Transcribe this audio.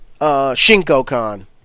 ShinkoCon